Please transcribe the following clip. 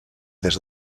des